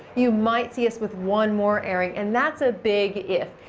you might see us with one more airing, and that's a big if.